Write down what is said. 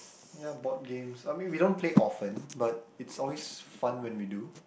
ya board games I mean we don't play often but it's always fun when we do